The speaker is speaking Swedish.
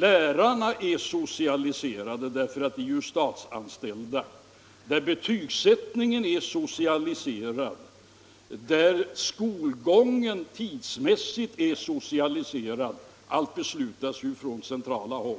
Lärarna är socialiserade — därför att de är statsanställda — och betygsättningen är socialiserad, och skolgången är socialiserad tidsmässigt — eftersom allt ju beslutas centralt.